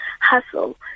hustle